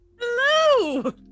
Hello